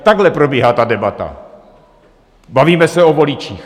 Takhle probíhá ta debata: bavíme se o voličích.